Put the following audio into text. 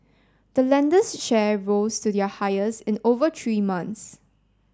the lender's share rose to their highest in over three months